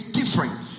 different